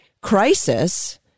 crisis